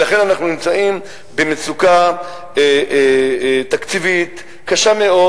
לכן אנחנו נמצאים במצוקה תקציבית קשה מאוד,